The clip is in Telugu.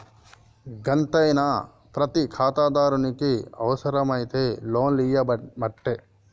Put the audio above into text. గంతేనా, ప్రతి ఖాతాదారునికి అవుసరమైతే లోన్లియ్యవట్టే